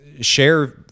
share